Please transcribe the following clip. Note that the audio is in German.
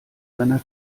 seiner